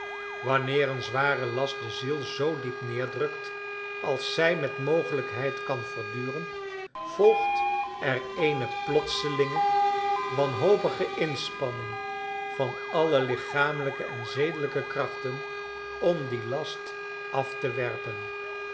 wanneer een zware last de ziel zoo diep neerdrukt als zij met mogelijkheid kan verduren volgt er eene plotselinge wanhopige inspanning van alle lichamelijke en zedelijke krachten om dien last af te werpen